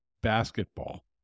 basketball